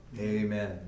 Amen